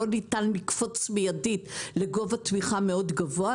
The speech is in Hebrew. לא ניתן לקפוץ מיידית לגובה תמיכה מאוד גבוה.